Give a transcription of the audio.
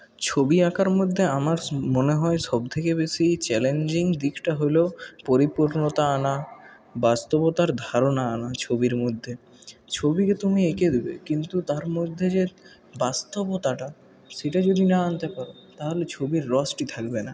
ছবি আঁকার মধ্যে আমার মনে হয় সবথেকে বেশি চ্যালেঞ্জিং দিকটা হল পরিপূর্ণতা আনা বাস্তবতার ধারণা আনা ছবির মধ্যে ছবিকে তুমি এঁকে দেবে কিন্তু তার মধ্যে যে বাস্তবতাটা সেটা যদি না আনতে পারো তাহলে ছবির রসটি থাকবে না